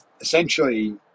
essentially